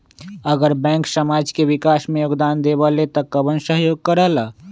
अगर बैंक समाज के विकास मे योगदान देबले त कबन सहयोग करल?